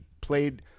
played